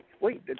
Wait